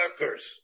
workers